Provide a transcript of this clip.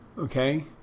Okay